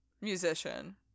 musician